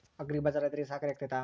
Agri ಬಜಾರ್ ರೈತರಿಗೆ ಸಹಕಾರಿ ಆಗ್ತೈತಾ?